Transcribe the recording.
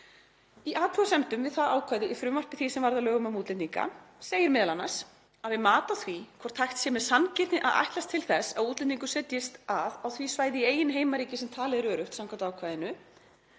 „Í athugasemdum við það ákvæði í frumvarpi því sem varð að lögum um útlendinga segir m.a. að við mat á því hvort hægt sé með sanngirni að ætlast til þess að útlendingur setjist að á því svæði í eigin heimaríki sem talið er öruggt samkvæmt ákvæðinu